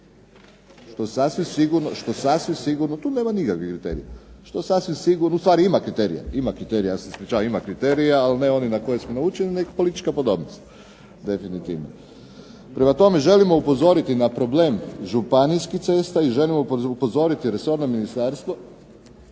što sasvim sigurno tu nema nikakvih kriterija, što sasvim sigurno, u stvari ima kriterija. Ima kriterija, ja se ispričavam ima kriterija ali ne onih na koje smo naučili nego politička podobnost definitivno. Prema tome, želimo upozoriti na problem županijskih cesta i želimo upozoriti resorno ministarstvo